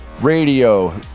Radio